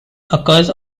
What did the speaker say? occurs